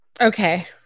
Okay